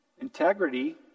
Integrity